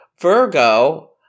Virgo